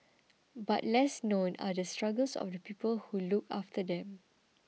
but less known are the struggles of the people who look after them